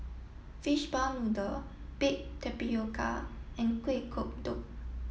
fishball noodle baked tapioca and Kueh Kodok